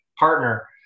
partner